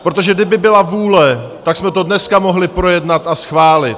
Protože kdyby byla vůle, tak jsme to dneska mohli projednat a schválit.